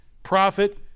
Profit